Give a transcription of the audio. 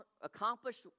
accomplished